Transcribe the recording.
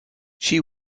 she